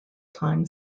time